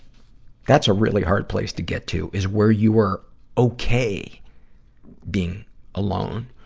that's a really hard place to get to, is where you are okay being alone,